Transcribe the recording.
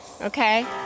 Okay